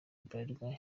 bralirwa